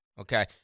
okay